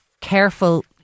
careful